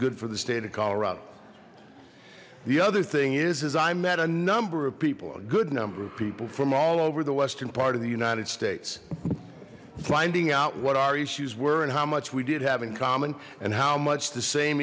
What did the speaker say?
good for the state of colorado the other thing is is i met a number of people a good number of people from all over the western part of the united states finding out what our issues were and how much we did have in common and how much the same